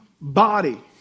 body